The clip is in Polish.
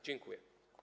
Dziękuję.